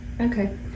Okay